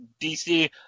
DC